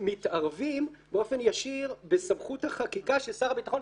שמתערבים באופן ישיר בסמכות החקיקה של שר הביטחון,